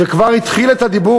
שכבר התחיל את הדיבור,